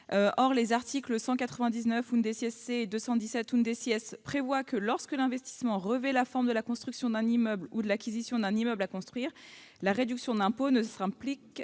Or les articles 199 C et 217 prévoient que, lorsque l'investissement revêt la forme de la construction d'un immeuble ou de l'acquisition d'un immeuble à construire, la réduction d'impôt ne s'applique que